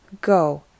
Go